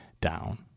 down